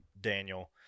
Daniel